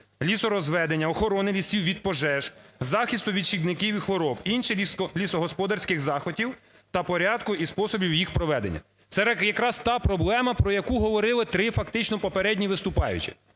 лісорозведення, охорони лісів від пожеж, захисту від шкідників і хвороб, інших лісогосподарських заходів та порядку і способів їх проведення. Це якраз та проблема, про яку говорили три фактично попередні виступаючі.